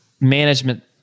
management